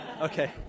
Okay